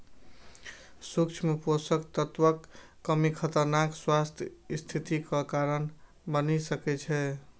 सूक्ष्म पोषक तत्वक कमी खतरनाक स्वास्थ्य स्थितिक कारण बनि सकै छै